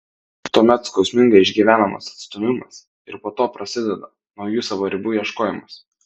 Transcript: tuomet skausmingai išgyvenamas atstūmimas ir po to prasideda naujų savo ribų ieškojimas